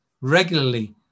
regularly